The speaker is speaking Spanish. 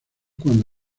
cuando